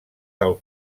del